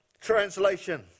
Translation